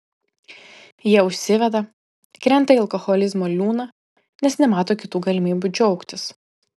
jie užsiveda krenta į alkoholizmo liūną nes nemato kitų galimybių džiaugtis